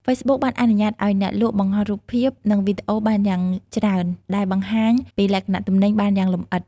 ហ្វេសប៊ុកបានអនុញ្ញាតឱ្យអ្នកលក់បង្ហោះរូបភាព និងវីដេអូបានយ៉ាងច្រើន ដែលបង្ហាញពីលក្ខណៈទំនិញបានយ៉ាងលម្អិត។